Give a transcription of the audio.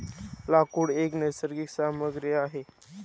लाकूड एक नैसर्गिक सामग्री आहे